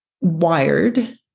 wired